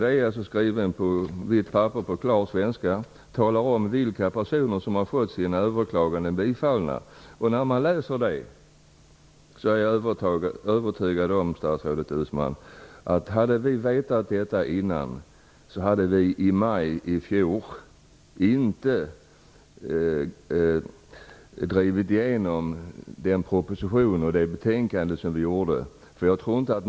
Det är alltså skrivet på vitt papper, på klar svenska, för vilka personer som överklaganden har bifallits. Om vi hade vetat detta tidigare, statsrådet Uusmann, är jag övertygad om att vi inte hade drivit igenom den proposition och det betänkande som vi beslutade om i maj i fjol.